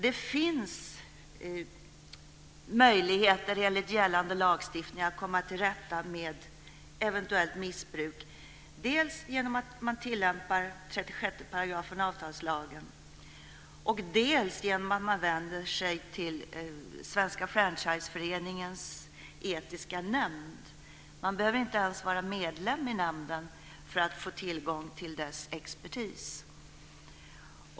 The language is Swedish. Det finns möjligheter, enligt gällande lagstiftning, att komma till rätta med eventuellt missbruk, dels genom att man tillämpar 36 § avtalslagen, dels genom att man vänder sig till Svenska Franchiseföreningens etiska nämnd. Man behöver inte ens vara medlem i nämnden för att få tillgång till dess expertis.